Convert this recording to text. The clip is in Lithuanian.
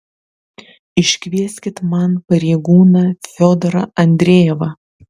iškvieskit man pareigūną fiodorą andrejevą